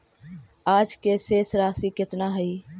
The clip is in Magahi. आज के शेष राशि केतना हई?